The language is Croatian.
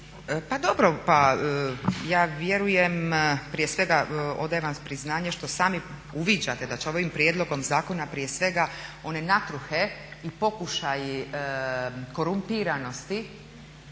Pa dobro ja vjerujem, prije svega odajem vam priznanje što sami uviđate da će ovim prijedlogom zakona prije svega one natruhe i pokušaji korumpiranosti